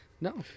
No